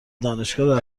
دانشگاه